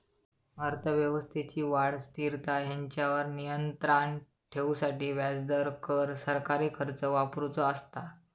अर्थव्यवस्थेची वाढ, स्थिरता हेंच्यावर नियंत्राण ठेवूसाठी व्याजदर, कर, सरकारी खर्च वापरुचो असता